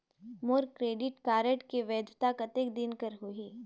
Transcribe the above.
मोर credit card के वैधता कतेक दिन कर होही?